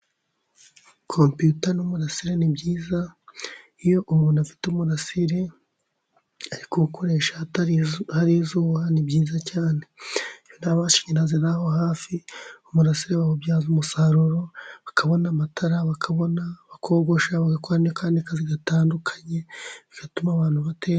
Computer n'umurasire ni byiza. Iyo umuntu afite umurasire ariko kuwukoresha hari izuba ni byiza cyane. Nta mashanyarazi ari aho hafi, umurasire bawubyaza umusaruro bakabona amatara, bakabona kogoshakako n'akandi kazi gatandukanye bigatuma abantu batera imbere.